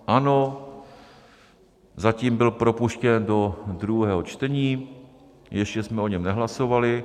Ano, zatím byl propuštěn do druhého čtení, ještě jsme o něm nehlasovali.